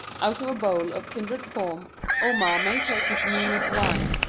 out of a bowl of kindred form omar may take his moonlit wine,